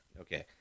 Okay